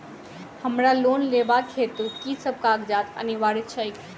हमरा लोन लेबाक हेतु की सब कागजात अनिवार्य छैक?